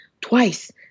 twice